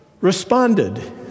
responded